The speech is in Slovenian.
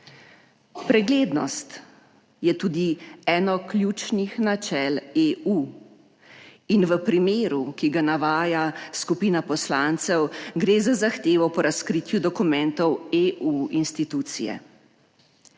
Preglednost je tudi eno ključnih načel EU in v primeru, ki ga navaja skupina poslancev, gre za zahtevo po razkritju dokumentov EU institucije